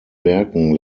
werken